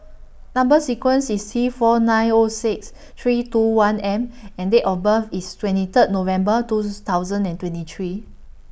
Number sequence IS T four nine O six three two one M and Date of birth IS twenty Third November two thousand and twenty three